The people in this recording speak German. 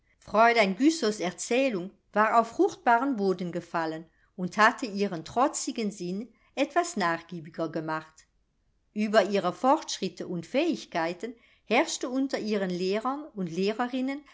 fräulein güssows erzählung war auf fruchtbaren boden gefallen und hatte ihren trotzigen sinn etwas nachgiebiger gemacht ueber ihre fortschritte und fähigkeiten herrschte unter ihren lehrern und lehrerinnen